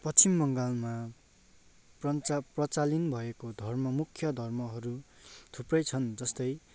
पश्चिम बङ्गालमा प्रन्चा प्रचालिन भएको धर्म मुख्य धर्महरू थुप्रै छन् जस्तै